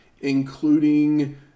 including